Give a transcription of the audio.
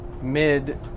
mid